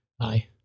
Aye